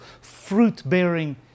fruit-bearing